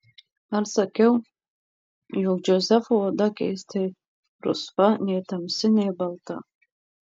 ar sakiau jog džozefo oda keistai rusva nei tamsi nei balta